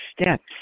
steps